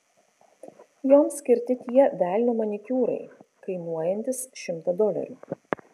joms skirti tie velnio manikiūrai kainuojantys šimtą dolerių